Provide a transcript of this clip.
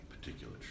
particular